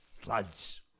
Floods